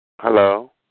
hello